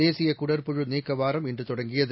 தேசிய குடற்புழு நீக்க வாரம் இன்று தொடங்கியது